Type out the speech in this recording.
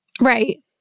Right